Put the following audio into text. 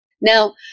Now